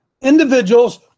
individuals